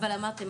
אבל אמרתם,